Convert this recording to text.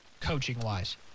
coaching-wise